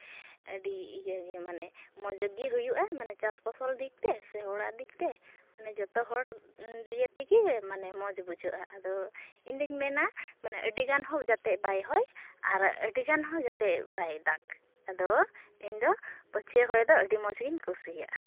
ᱟᱹᱰᱤ ᱤᱭᱟᱹ ᱜᱮ ᱢᱟᱱᱮ ᱢᱚᱡᱽᱜᱮ ᱦᱩᱭᱩᱜᱼᱟ ᱢᱟᱱᱮ ᱪᱟᱥ ᱯᱷᱚᱥᱚᱞ ᱫᱤᱜᱽᱛᱮ ᱥᱮ ᱚᱲᱟᱜ ᱫᱤᱜᱽ ᱛᱮ ᱢᱟᱱᱮ ᱡᱚᱛᱚ ᱦᱚᱲ ᱞᱤᱭᱮ ᱛᱮᱜᱮ ᱢᱟᱱᱮ ᱢᱚᱡᱽ ᱵᱩᱡᱷᱟᱹᱜᱼᱟ ᱟᱫᱚ ᱤᱧᱫᱩᱧ ᱢᱮᱱᱟ ᱢᱟᱱᱮ ᱟᱹᱰᱤᱜᱟᱱ ᱦᱚᱸ ᱡᱟᱛᱮ ᱵᱟᱭ ᱦᱚᱭ ᱟᱨ ᱟᱹᱰᱤᱜᱟᱱ ᱦᱚᱸ ᱡᱟᱛᱮ ᱵᱟᱭ ᱫᱟᱜᱽ ᱟᱫᱚ ᱤᱧᱫᱚ ᱯᱟᱹᱪᱷᱭᱟᱹ ᱦᱚᱭ ᱫᱚ ᱟᱹᱰᱤ ᱢᱚᱡᱽ ᱜᱤᱧ ᱠᱩᱥᱤᱭᱟᱜᱼᱟ